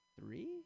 three